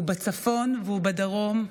הוא בצפון והוא בדרום,